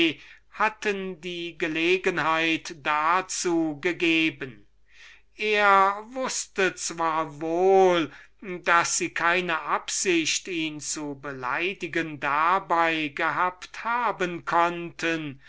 hatten die gelegenheit dazu gegeben er wußte zwar wohl daß sie keine absicht ihn zu beleidigen dabei gehabt haben konnten